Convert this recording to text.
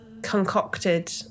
concocted